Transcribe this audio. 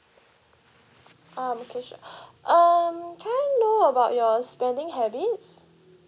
um okay sure um can I know about your spending habits